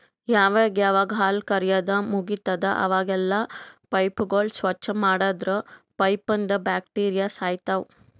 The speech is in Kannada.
ಯಾವಾಗ್ ಯಾವಾಗ್ ಹಾಲ್ ಕರ್ಯಾದ್ ಮುಗಿತದ್ ಅವಾಗೆಲ್ಲಾ ಪೈಪ್ಗೋಳ್ ಸ್ವಚ್ಚ್ ಮಾಡದ್ರ್ ಪೈಪ್ನಂದ್ ಬ್ಯಾಕ್ಟೀರಿಯಾ ಸಾಯ್ತವ್